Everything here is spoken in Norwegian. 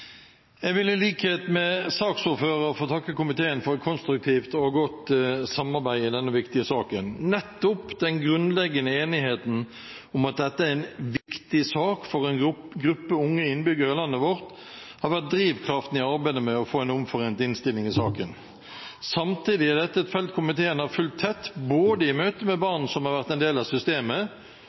Jeg vil i likhet med saksordføreren få takke komiteen for et konstruktivt og godt samarbeid i denne viktige saken. Nettopp den grunnleggende enigheten om at dette er en viktig sak for en gruppe unge innbyggere i landet vårt, har vært drivkraften i arbeidet med å få en omforent innstilling i saken. Samtidig er dette et felt komiteen har fulgt tett, både i møte med barn som har vært en del av systemet,